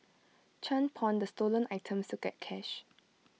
chan pawned the stolen items to get cash